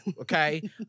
okay